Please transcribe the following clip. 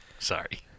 Sorry